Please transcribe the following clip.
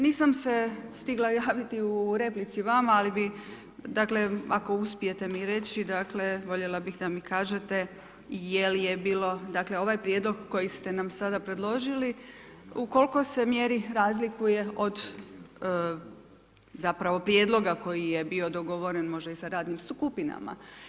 Nisam se stigla javiti u replici vama ali bi, dakle ako uspijete mi reći, dakle voljela bih da mi kažete je li je bilo dakle, ovaj prijedlog koji ste nam sada predložili u kolikoj mjeri se razlikuje od zapravo prijedloga koji je bio dogovoren možda i sa radnim skupinama.